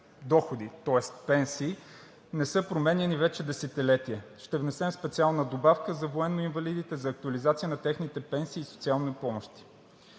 тоест пенсии, не са променяни вече десетилетия. Ще внесем специална добавка за военноинвалидите за актуализация на техните пенсии и социални помощи.